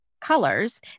colors